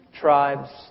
tribes